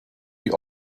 die